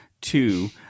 Two